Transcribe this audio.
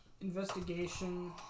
investigation